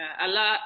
Allah